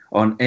on